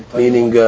meaning